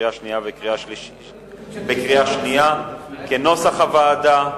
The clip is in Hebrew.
בקריאה שנייה כנוסח הוועדה,